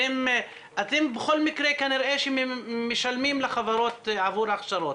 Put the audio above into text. אתם בכל מקרה כנראה שמשלמים לחברות עבור הכשרות,